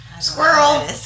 squirrel